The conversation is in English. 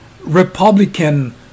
Republican